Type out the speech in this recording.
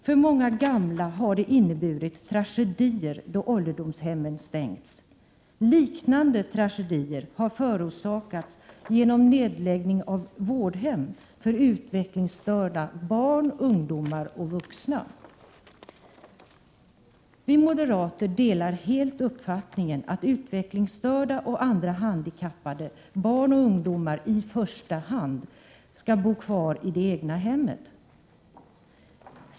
För många gamla har det inneburit tragedier då ålderdomshemmen stängts. Liknande tragedier har förorsakats genom nedläggning av vårdhem för utvecklingsstörda barn, ungdomar och vuxna. Vi moderater delar helt uppfattningen att utvecklingsstörda och andra | handikappade barn och ungdomar i första hand skall bo kvar i det egna | föräldrahemmet.